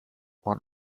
one